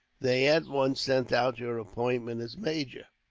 they at once sent out your appointment as major